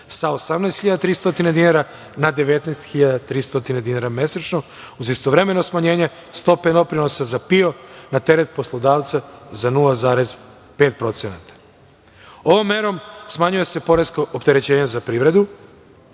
sa 18.300 dinara na 19.300 dinara mesečno, uz istovremeno smanjenje stope doprinosa za PIO na teret poslodavca za 0,5%.Ovom merom smanjuje se poresko opterećenje za privredu.